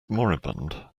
moribund